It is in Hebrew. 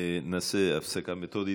נעשה הפסקה מתודית.